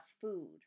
food